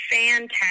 fantastic